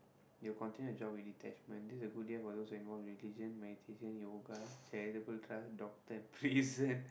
you will continue your job with detachment this is a good year for those involved in religion meditation yoga charitable trust doctor prison